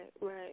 right